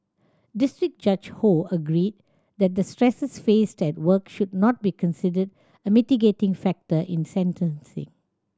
district Judge Ho agreed that the stresses faced at work should not be considered a mitigating factor in sentencing